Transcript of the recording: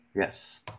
yes